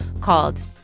called